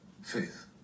Faith